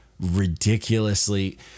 ridiculously